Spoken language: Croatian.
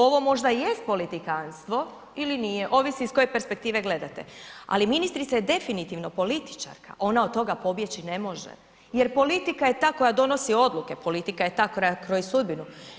Ovo možda jest politikanstvo ili nije ovisi iz koje perspektive gledate, ali ministrica je definitivno političarka, ona od toga pobjeći ne može jer politika je ta koja donosi odluke, politika je ta koja kroji sudbinu.